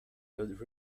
good